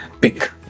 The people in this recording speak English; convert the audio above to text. pick